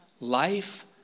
Life